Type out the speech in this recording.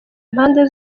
impande